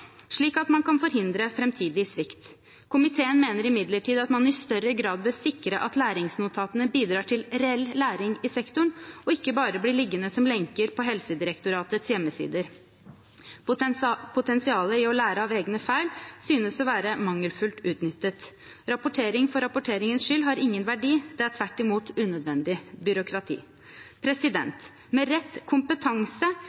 slik at man kan forhindre framtidig svikt. Komiteen mener imidlertid at man i større grad bør sikre at læringsnotatene bidrar til reell læring i sektoren og ikke bare blir liggende som lenker på Helsedirektoratets hjemmesider. Potensialet i å lære av egne feil synes å være mangelfullt utnyttet. Rapportering for rapporteringens skyld har ingen verdi. Det er tvert imot unødvendig byråkrati.